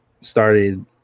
started